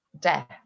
death